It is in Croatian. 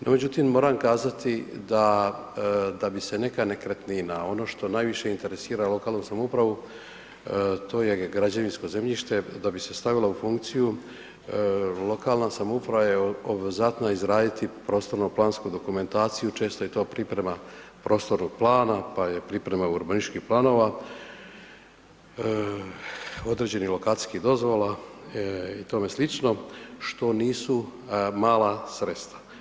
No međutim, moram kazati da, da bi se neka nekretnina, ono što najviše interesira lokalnu samoupravu, to je građevinsko zemljište, da bi se stavilo u funkciju, lokalna samouprava je obvezatna izraditi prostorno-plansku dokumentaciju, često je to priprema prostornog plana pa je priprema urbanističkih planova, određenih lokacijskih dozvola i tome slično, što nisu mala sredstva.